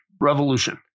revolution